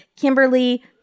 Kimberly